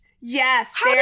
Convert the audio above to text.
yes